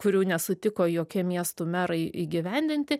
kurių nesutiko jokie miestų merai įgyvendinti